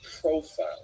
profile